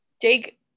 jake